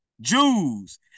Jews